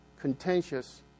contentious